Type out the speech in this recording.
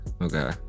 Okay